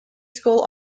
school